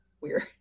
weird